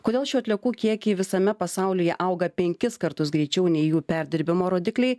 kodėl šių atliekų kiekiai visame pasaulyje auga penkis kartus greičiau nei jų perdirbimo rodikliai